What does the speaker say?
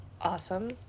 awesome